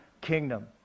kingdom